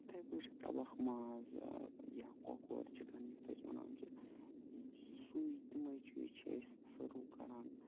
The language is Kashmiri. یِتھَے پٲٹھۍ چھِ تَبَکھ ماز یا کۄکُر چِکَن یَتھ أسۍ وَنان چھِ یہِ سُے تِمَے چیٖز چھِ أسۍ سٔرٕو کَران